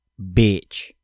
bitch